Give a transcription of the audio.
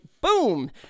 boom